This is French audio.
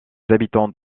habitants